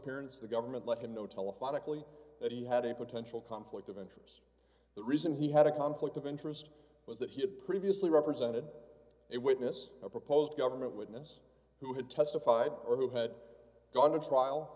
appearance the government let him know telephonically that he had a potential conflict of interest the reason he had a conflict of interest was that he had previously represented it witness a proposed government witness who had testified or who had gone to trial